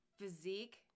physique